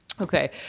Okay